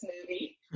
movie